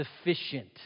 sufficient